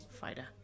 fighter